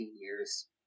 years